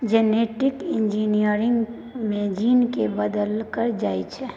genetic engineering मे gene केँ बदलल जाइ छै